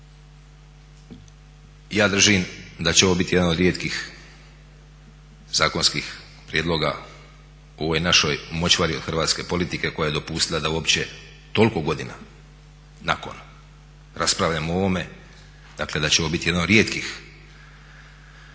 Ja držim da će ovo biti jedan od rijetkih zakonskih prijedloga u ovoj našoj močvari od hrvatske politike koja je dopustila da uopće toliko godina nakon raspravljamo o ovome, dakle da će ovo biti jedan od rijetkih zakonskih